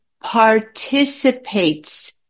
participates